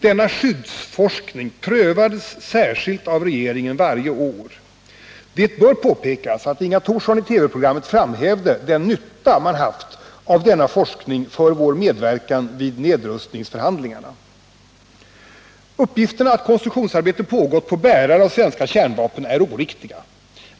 Denna skyddsforskning prövades särskilt av regeringen varje år. Det bör påpekas att Inga Thorsson i TV-programmet framhävde den nytta man haft av denna forskning för vår medverkan vid nedrustningsförhandlingarna. Uppgifterna att det pågått konstruktionsarbete på bärare av svenska kärnvapen är oriktiga.